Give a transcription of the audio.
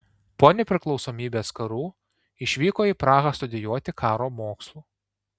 po nepriklausomybės karų išvyko į prahą studijuoti karo mokslų